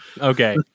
okay